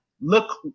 Look